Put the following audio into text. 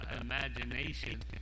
imagination